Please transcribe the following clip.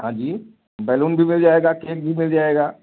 हाँ जी बैलून भी मिल जाएगा केक भी मिल जाएगा